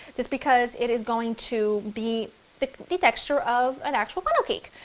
just because it is going to be the the texture of an actual funnel cake.